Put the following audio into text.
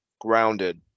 grounded